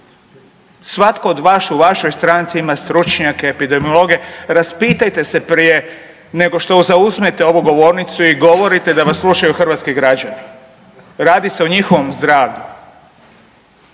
svatko od vas, u vašoj stranci ima stručnjake, epidemiologe, raspitajte se prije nego što zauzmete ovu govornicu i govorite da vas slušaju hrvatski građani. Radi se o njihovom zdravlju.